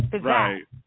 Right